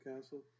Castle